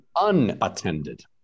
unattended